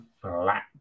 flat